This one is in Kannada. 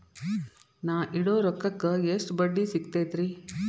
ನಾ ಇಡೋ ರೊಕ್ಕಕ್ ಎಷ್ಟ ಬಡ್ಡಿ ಸಿಕ್ತೈತ್ರಿ?